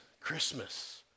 Christmas